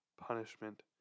punishment